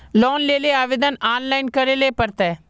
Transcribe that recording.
Loan लेले आवेदन online करे ले पड़ते?